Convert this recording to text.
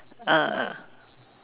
err